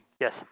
Yes